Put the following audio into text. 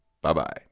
Bye-bye